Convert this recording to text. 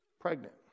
pregnant